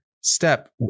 step